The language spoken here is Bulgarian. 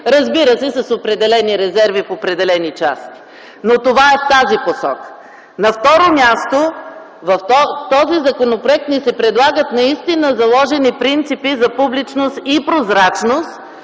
разбира се с определени резерви в определени части. Но това е в тази посока. На второ място, в този законопроект ни се предлагат наистина заложени принципи за публичност и прозрачност